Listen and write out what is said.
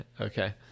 okay